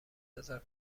هزار